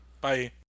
Bye